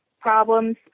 problems